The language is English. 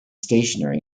stationary